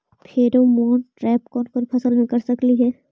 Pheromone trap कोन कोन फसल मे कर सकली हे?